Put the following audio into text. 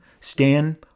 Stan